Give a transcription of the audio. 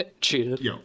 Cheated